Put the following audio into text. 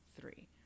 three